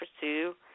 pursue